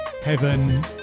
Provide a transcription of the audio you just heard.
heaven